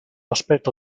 aspetto